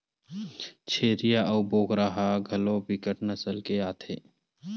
छेरीय अऊ बोकरा ह घलोक बिकट नसल के आथे